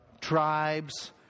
tribes